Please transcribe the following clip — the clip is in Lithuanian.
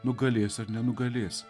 nugalės ar nenugalės